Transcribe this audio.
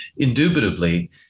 indubitably